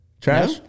Trash